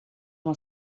uma